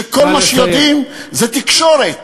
שכל מה שהם יודעים זה תקשורת,